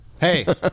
Hey